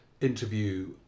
interview